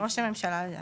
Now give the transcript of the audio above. ראש הממשלה לדעתי.